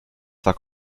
zwar